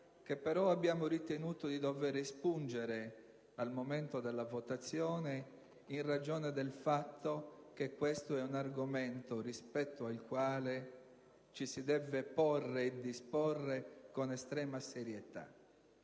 che però abbiamo ritenuto di dover espungere al momento della votazione, in ragione del fatto che rispetto a questo argomento ci si deve porre e disporre con estrema serietà.